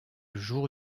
jour